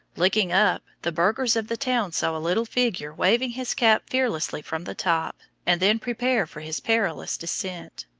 looking up, the burghers of the town saw a little figure waving his cap fearlessly from the top and then prepare for his perilous descent.